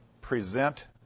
present